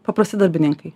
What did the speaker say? paprasti darbininkai